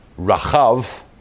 Rachav